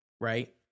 right